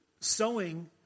sowing